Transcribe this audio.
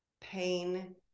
pain